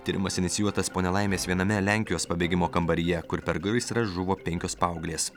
tyrimas inicijuotas po nelaimės viename lenkijos pabėgimo kambaryje kur per gaisrą žuvo penkios paauglės